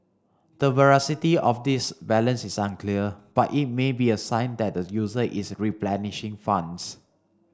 the veracity of this balance is unclear but it may be a sign that the user is replenishing funds